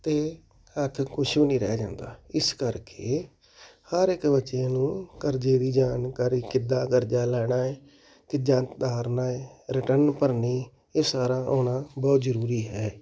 ਅਤੇ ਹੱਥ ਕੁਛ ਵੀ ਨਹੀਂ ਰਹਿ ਜਾਂਦਾ ਇਸ ਕਰਕੇ ਹਰ ਇੱਕ ਬੱਚੇ ਨੂੰ ਕਰਜ਼ੇ ਦੀ ਜਾਣਕਾਰੀ ਕਿੱਦਾਂ ਕਰਜ਼ਾ ਲੈਣਾ ਹੈ ਕਿੱਦਾਂ ਉਤਾਰਨਾ ਹੈ ਰਿਟਰਨ ਭਰਨੀ ਇਹ ਸਾਰਾ ਆਉਣਾ ਬਹੁਤ ਜ਼ਰੂਰੀ ਹੈ